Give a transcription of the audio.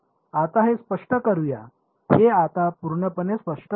आता हे स्पष्ट करूया हे आता पूर्णपणे स्पष्ट करू या